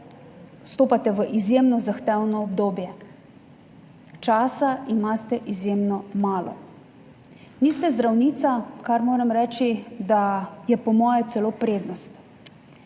vstopate v izjemno zahtevno obdobje, časa imate izjemno malo. Niste zdravnica, kar moram reči, da je po moje celo prednost.